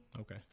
Okay